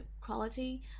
quality